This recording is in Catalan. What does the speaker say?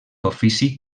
ofici